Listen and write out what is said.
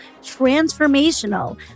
transformational